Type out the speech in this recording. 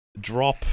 drop